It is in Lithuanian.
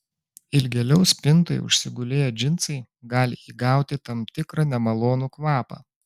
ilgėliau spintoje užsigulėję džinsai gali įgauti tam tikrą nemalonų kvapą